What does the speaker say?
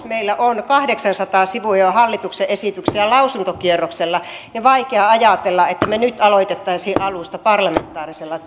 meillä on jo kahdeksansataa sivua hallituksen esityksiä lausuntokierroksella on vaikea ajatella että me nyt aloittaisimme alusta parlamentaarisella